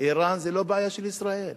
אירן זו לא בעיה של ישראל,